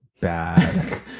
bad